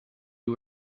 you